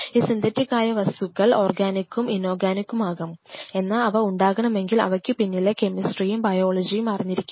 ഈ സിന്തറ്റിക് ആയ വസ്തുക്കൾ ഓർഗാനിക്കും ഇൻ ഓർഗാനിക്കുമാകാം എന്നാൽ അവ ഉണ്ടാകണമെങ്കിൽ അവയ്ക്ക് പിന്നിലെ കെമിസ്ട്രിയും ബയോളജിയും അറിഞ്ഞിരിക്കണം